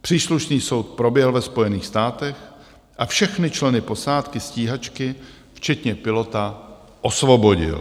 Příslušný soud proběhl ve Spojených státech a všechny členy posádky stíhačky, včetně pilota, osvobodil.